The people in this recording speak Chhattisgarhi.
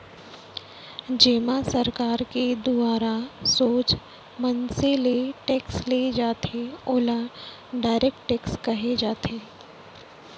जेमा सरकार के दुवारा सोझ मनसे ले टेक्स ले जाथे ओला डायरेक्ट टेक्स कहे जाथे